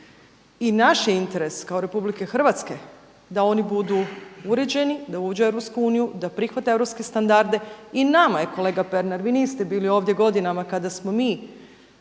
I naš je interes kao Republike Hrvatske da oni budu uređeni, da uđe u EU, da prihvate europske standarde. I nama je kolega Pernar, vi niste bili ovdje godinama kada smo mi